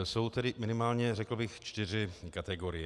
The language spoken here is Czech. Jsou tedy minimálně řekl bych čtyři kategorie.